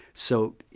so,